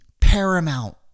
paramount